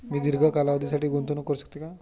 मी दीर्घ कालावधीसाठी गुंतवणूक करू शकते का?